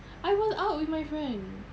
I was out with my friend